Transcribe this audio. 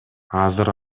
азыр